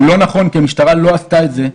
הוא לא נכון כי המשטרה לא עשתה את זה.